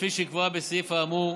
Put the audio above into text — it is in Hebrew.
כפי שקבוע בסעיף האמור,